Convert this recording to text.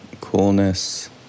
coolness